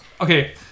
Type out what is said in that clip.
Okay